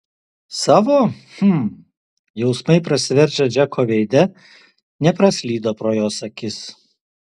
savo hm jausmai prasiveržę džeko veide nepraslydo pro jos akis